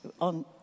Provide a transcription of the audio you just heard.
on